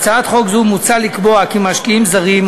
בהצעת חוק זאת מוצע לקבוע כי משקיעים זרים,